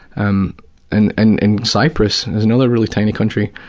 um and and in cyprus, there's another really tiny country.